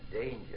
danger